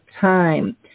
time